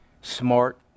smart